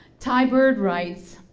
ty bird writes,